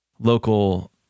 local